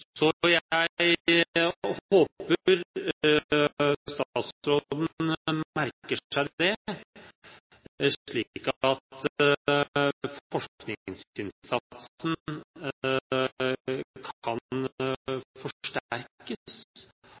jeg håper statsråden merker seg det, slik at forskningsinnsatsen kan forsterkes